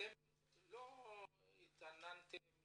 לא התעניינתם,